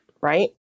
right